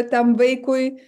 tam vaikui